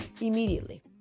immediately